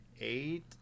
eight